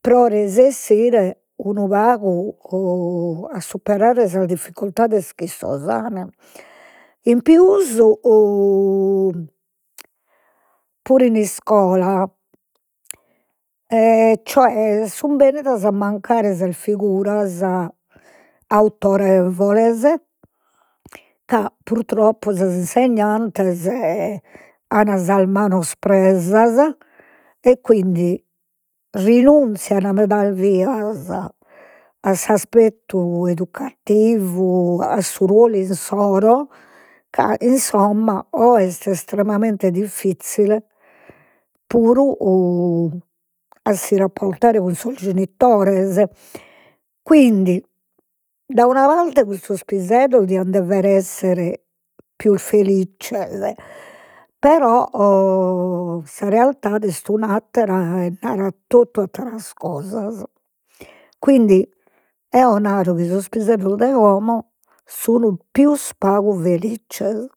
pro resessire unu pagu a superare sas difficultades chi issos an, in pius puru in iscola cioè sun bennidas a mancare sas figuras autorevoles, ca purtroppo sas insignantes an sas manos presas, e quindi renunzian medas bias a s'aspettu educativu, a su ruolu insoro, ca insomma oe est estremamente diffizzile puru a si rapportare cun sos genitores, quindi da una parte custos piseddos dian dever esser pius felizzes, però sa realidade est un'attera e narat totu atteras cosas, quindi eo naro chi sos piseddos de como sun pius pagu felizzes